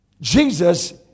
Jesus